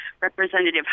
Representative